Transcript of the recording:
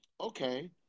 okay